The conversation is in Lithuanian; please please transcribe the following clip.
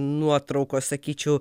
nuotraukos sakyčiau